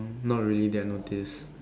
not really they have no taste